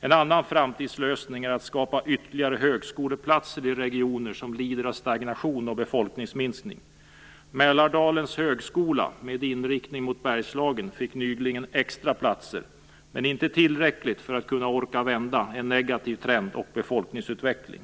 En annan framtidslösning är att skapa ytterligare högskoleplatser i regioner som lider av stagnation och befolkningsminskning. Mälardalens högskola, med inriktning mot Bergslagen, fick nyligen extra platser, men inte tillräckligt för att kunna orka vända en negativ trend och befolkningsutveckling.